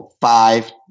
five